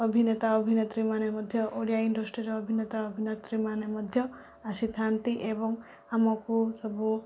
ଅଭିନେତା ଅଭିନେତ୍ରୀମାନେ ମଧ୍ୟ ଓଡ଼ିଆ ଇଣ୍ଡଷ୍ଟ୍ରିର ଅଭିନେତା ଅଭିନେତ୍ରୀମାନେ ମଧ୍ୟ ଆସିଥାନ୍ତି ଏବଂ ଆମକୁ ସବୁ